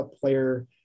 player